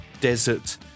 desert